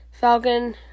Falcon